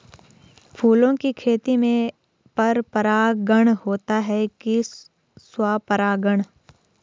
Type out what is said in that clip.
फूलों की खेती में पर परागण होता है कि स्वपरागण?